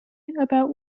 about